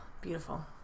beautiful